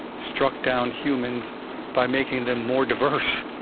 struck down humans by making them more diverse.